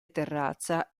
terrazza